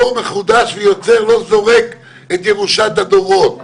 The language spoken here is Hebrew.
דור מחודש ויוצר לא זורק את ירושת הדורות.